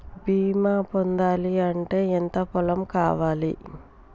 బీమా పొందాలి అంటే ఎంత పొలం కావాలి?